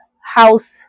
house